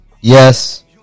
Yes